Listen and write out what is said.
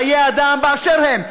חיי אדם באשר הם.